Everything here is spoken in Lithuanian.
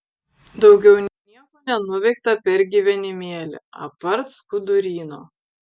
daugiau nieko nenuveikta per gyvenimėlį apart skuduryno